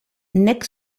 nek